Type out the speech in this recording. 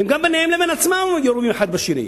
הם גם בינם לבין עצמם יורים אחד בשני.